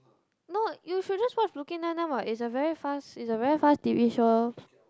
no you should just watch Brooklyn-Nine-Nine what it's a very fast it's a very fast T_V show